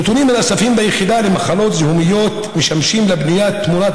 הנתונים הנאספים ביחידה למחלות זיהומיות משמשים לבניית תמונת